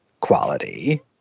quality